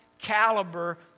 caliber